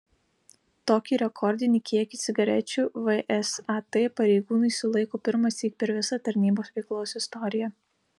tokį rekordinį kiekį cigarečių vsat pareigūnai sulaiko pirmąsyk per visą tarnybos veiklos istoriją